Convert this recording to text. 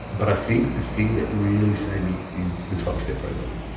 but i think the thing that really saved me is the twelve step program.